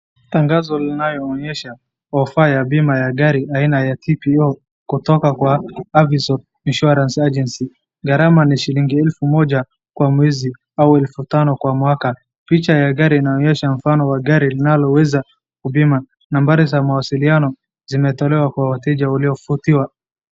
Tangazo linayoonyesha offer ya bima ya gari aina ya TPU kutoka kwa Service of insurance agency gharama ni shilingi elfu moja kwa mwezi, au elfu tano kwa mwaka, picha ya gari inaonyesha mfano wa gari linaloweza kwa bima, nambari za mawasiliano zimetolewa kwa wateja waliovutiwa.